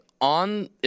on